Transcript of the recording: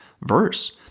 verse